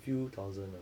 few thousand ah